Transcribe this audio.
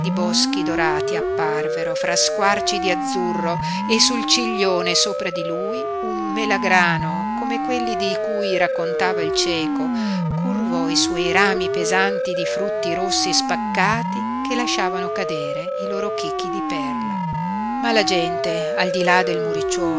di boschi dorati apparvero fra squarci di azzurro e sul ciglione sopra di lui un melagrano come quelli di cui raccontava il cieco curvò i suoi rami pesanti di frutti rossi spaccati che lasciavano cadere i loro chicchi di perla ma la gente al di là del